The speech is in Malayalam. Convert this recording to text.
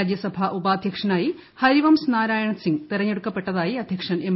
രാജ്യസഭാ ഉപാധ്യക്ഷനായി ഹരിവംശ് നാരായൺ സിംഗ് തിരഞ്ഞെടുക്കപ്പെട്ടതായി അധ്യക്ഷൻ എം